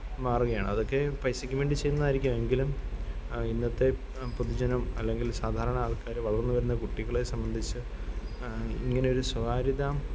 മാറുകയാണ് അതൊക്കെ പൈസക്ക് വേണ്ടി ചെയ്യുന്നതായിരിക്കാം എങ്കിലും ഇന്നത്തെ പൊതുജനം അല്ലെങ്കിൽ സാധാരണ ആള്ക്കാർ വളര്ന്ന് വരുന്ന കുട്ടികളെ സംബന്ധിച്ച് ഇങ്ങനെയൊരു സ്വകാര്യത